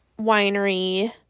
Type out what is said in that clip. winery